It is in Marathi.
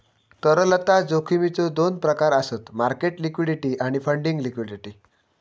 तरलता जोखमीचो दोन प्रकार आसत मार्केट लिक्विडिटी आणि फंडिंग लिक्विडिटी